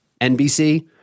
NBC